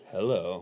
Hello